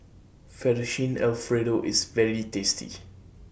Fettuccine Alfredo IS very tasty